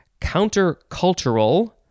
Countercultural